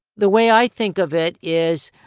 the way i think of it is,